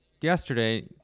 yesterday